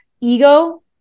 ego